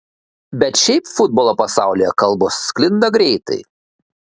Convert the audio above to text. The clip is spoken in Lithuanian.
bet šiaip futbolo pasaulyje kalbos sklinda greitai